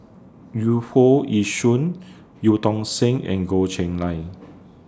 Yu Foo Yee Shoon EU Tong Sen and Goh Cheng Liang